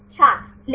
छात्र लिस